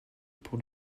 pour